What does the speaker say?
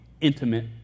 intimate